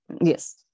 Yes